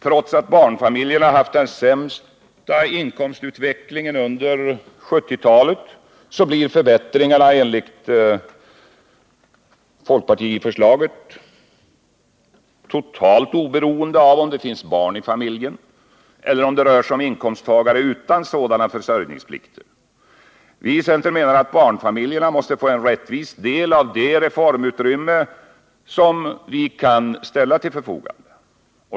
Trots att barnfamiljerna haft den sämsta inkomstutvecklingen under 1970-talet blir förbättringarna enligt folkpartiförslaget totalt oberoende av om det finns barn i familjen eller om det rör sig om inkomsttagare utan sådana försörjningsplikter. Vi i centern menar att barnfamiljerna måste få en rättvis del av det reformutrymme som vi kan ställa till förfogande.